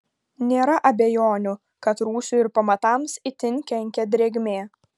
nėra abejonių kad rūsiui ir pamatams itin kenkia drėgmė